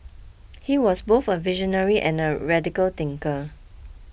he was both a visionary and a radical thinker